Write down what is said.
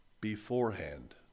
beforehand